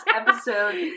episode